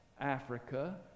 Africa